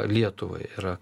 lietuvai yra